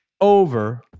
over